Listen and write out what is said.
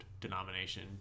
denomination